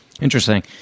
Interesting